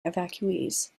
evacuees